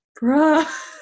Bruh